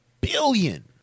billion